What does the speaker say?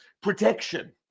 protection